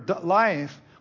life